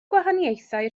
gwahaniaethau